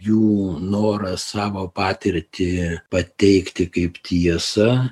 jų norą savo patirtį pateikti kaip tiesą